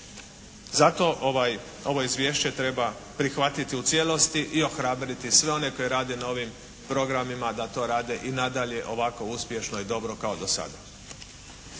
ovaj, ovo izvješće treba prihvatiti u cijelosti i ohrabriti sve one koji rade na ovim programima da to rade i nadalje ovako uspješno i dobro kao do sada.